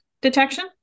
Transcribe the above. detection